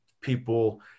people